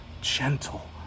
gentle